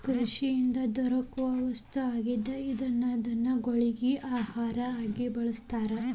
ಕೃಷಿಯಿಂದ ದೊರಕು ವಸ್ತು ಆಗಿದ್ದ ಇದನ್ನ ದನಗೊಳಗಿ ಆಹಾರಾ ಆಗಿ ಬಳಸ್ತಾರ